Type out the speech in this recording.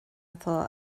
atá